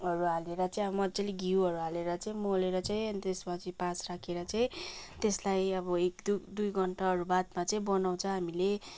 हरू हालेर चाहिँ अब मज्जाले घिउहरू हालेर चाहिँ मोलेर चाहिँ अनि त्यसपछि पास राखेर चाहिँ त्यसलाई अब एक दुई घन्टाहरू बादमा चाहिँ बनाउँछ हामीले